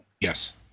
Yes